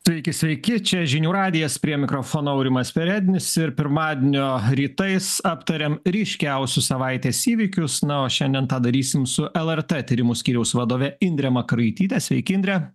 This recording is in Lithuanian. sveiki sveiki čia žinių radijas prie mikrofono aurimas perednis ir pirmadienio rytais aptariam ryškiausius savaitės įvykius na o šiandien tą darysim su lrt tyrimų skyriaus vadove indre makaraityte sveiki indre